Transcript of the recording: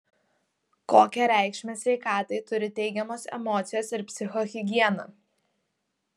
kokią reikšmę sveikatai turi teigiamos emocijos ir psichohigiena